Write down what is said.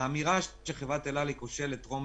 שהאמירה שחברת אל על היא כושלת טרום